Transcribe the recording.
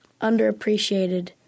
underappreciated